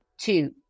Two